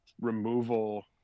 removal